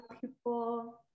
people